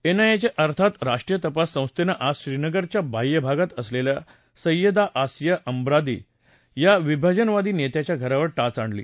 NIA अर्थात राष्ट्रीय तपास संस्थेनं आज श्रीनगरच्या बाह्य भागात असलेल्या सैयदा असिया अंद्राबी या विभाजनवादी नेत्याच्या घरावर टाच आणली